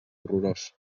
horrorós